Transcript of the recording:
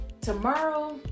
tomorrow